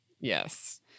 Yes